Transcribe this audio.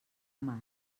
mar